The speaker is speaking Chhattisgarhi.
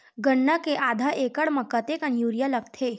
गन्ना के आधा एकड़ म कतेकन यूरिया लगथे?